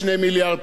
הלו,